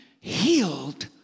healed